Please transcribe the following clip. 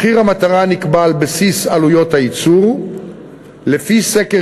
מחיר המטרה נקבע על בסיס עלויות הייצור לפי סקר